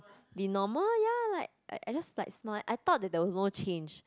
be normal ya like I I just like smile I thought like there was no change